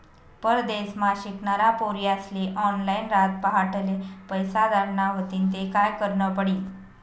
परदेसमा शिकनारा पोर्यास्ले ऑनलाईन रातपहाटले पैसा धाडना व्हतीन ते काय करनं पडी